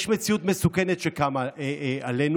יש מציאות מסוכנת שקמה עלינו.